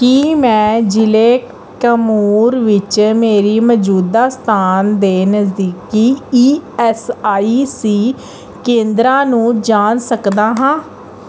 ਕੀ ਮੈਂ ਜ਼ਿਲੇ ਕੈਮੂਰ ਵਿੱਚ ਮੇਰੀ ਮੌਜੂਦਾ ਸਥਾਨ ਦੇ ਨਜ਼ਦੀਕੀ ਈ ਐੱਸ ਆਈ ਸੀ ਕੇਂਦਰਾਂ ਨੂੰ ਜਾਣ ਸਕਦਾ ਹਾਂ